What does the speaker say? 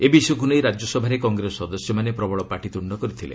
ଏ ବିଷୟକୁ ନେଇ ରାଜ୍ୟସଭାରେ କଂଗ୍ରେସ ସଦସ୍ୟମାନେ ପ୍ରବଳ ପାଟିତ୍ରୁଣ୍ଡ କରିଥିଲେ